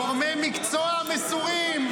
גורמי מקצוע מסורים.